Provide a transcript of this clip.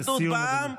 אחדות בעם,